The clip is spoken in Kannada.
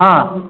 ಹಾಂ